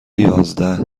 یازده